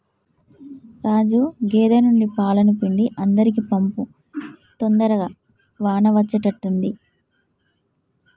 రాజు గేదె నుండి పాలను పిండి అందరికీ పంపు తొందరగా వాన అచ్చేట్టుగా ఉంది